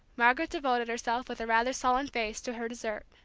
margaret devoted herself, with a rather sullen face, to her dessert.